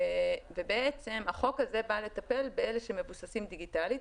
ובעצם החוק הזה בא לטפל באלה שמבוססים דיגיטלית,